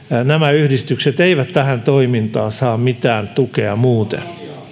nämä yhdistykset eivät tähän toimintaan saa mitään tukea muuten